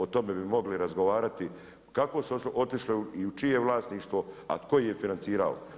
O tome bi mogli razgovarati kako su otišle i u čije vlasništvo, a tko ih je financirao.